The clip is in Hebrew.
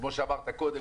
כמו שאמרת קודם,